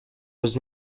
was